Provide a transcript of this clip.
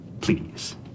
Please